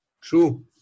True